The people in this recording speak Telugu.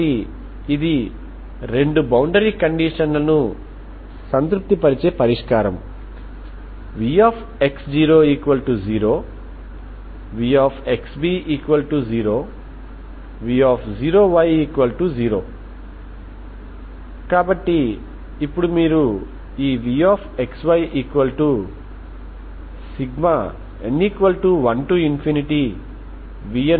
కాబట్టి ఇది రెండు బౌండరీ కండిషన్ లను సంతృప్తిపరిచే పరిష్కారం vx00 vxb0 v0y0 కాబట్టి ఇప్పుడు మీరు ఈ vxyn1vnxyn1AnenπbxBne nπbx